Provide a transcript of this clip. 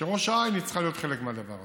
וראש העין צריכה להיות חלק מהדבר הזה.